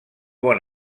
bon